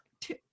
two